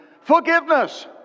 Forgiveness